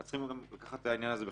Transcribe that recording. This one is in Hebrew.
צריכים לקחת את העניין הזה בחשבון.